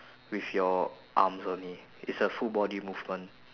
with your arms only it's a full body movement